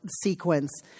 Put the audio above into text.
sequence